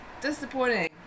disappointing